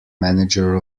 manager